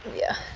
yeah are